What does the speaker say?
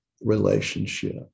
relationship